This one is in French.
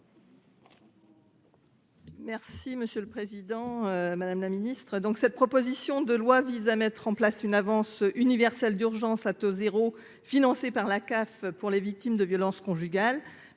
Le Houerou, pour explication de vote. Cette proposition de loi vise à mettre en place une avance universelle d'urgence à taux zéro, financée par la CAF, pour les victimes de violences conjugales.